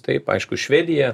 taip aišku švedija